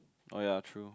oh ya true